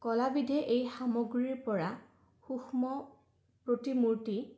কলাবিধে এই সামগ্ৰীৰ পৰা সূক্ষ্ম প্ৰতিমূৰ্তি